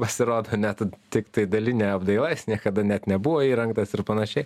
pasirodo net tiktai dalinė apdaila jis niekada net nebuvo įrengtas ir panašiai